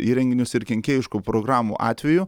įrenginius ir kenkėjiškų programų atveju